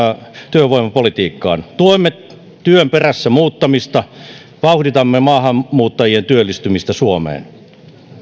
työvoimapolitiikkaan tuemme työn perässä muuttamista vauhditamme maahanmuuttajien työllistymistä suomeen